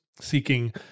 seeking